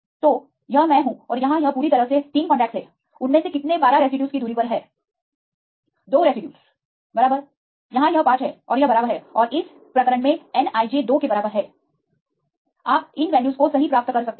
तो यह मैं है और यहाँ यह पूरी तरह से 3 कॉन्टैक्टस है उनमें से कितने 12 रेसिड्यूज की दूरी पर है2रेसिड्यूजबराबर यह 5 है और यह सही है और इस प्रकरण मे nij 2 के बराबर है आप इन वैल्यूज को सही प्राप्त कर सकते हैं